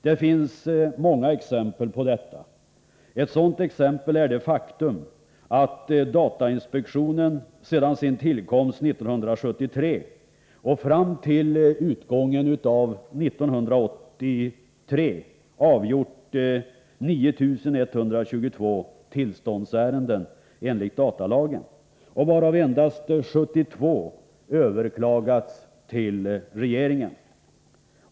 Det finns många exempel på detta. Ett sådant exempel är det faktum att datainspektionen sedan sin tillkomst 1973 och fram till utgången av 1983 avgjort 9 122 tillståndsärenden enligt datalagen. Endast 72 av dessa ärenden har överklagats till regeringen.